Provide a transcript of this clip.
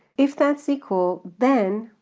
if that's equal then,